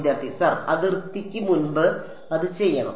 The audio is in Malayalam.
വിദ്യാർത്ഥി സർ അതിർത്തിക്ക് മുമ്പ് അത് ചെയ്യണം